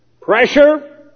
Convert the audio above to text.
pressure